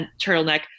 turtleneck